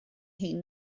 hun